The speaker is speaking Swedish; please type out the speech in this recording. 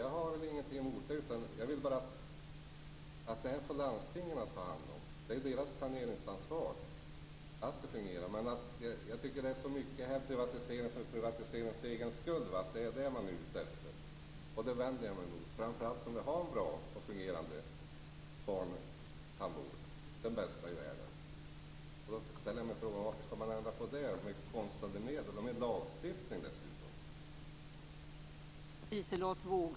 Jag har inget emot det. Jag vill bara att landstingen skall ha hand om detta. Det är ju deras planeringsansvar att se till att det hela fungerar. Men jag tycker att det så mycket privatisering för privatiseringens egen skull. Om det är privatisering som man är ute efter vänder jag mig emot det, eftersom vi har en så bra och fungerande barntandvård, den bästa i världen. Då ställer jag mig frågan: Varför skall man ändra på det med konstlade medel och dessutom med lagstiftning?